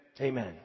Amen